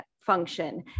function